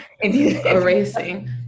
erasing